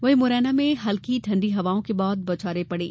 वहीं मुरैना में हल्की ठंडी हवाओं के बाद बौछारे पड़ी